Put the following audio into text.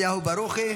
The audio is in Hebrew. היו"ר משה סולומון: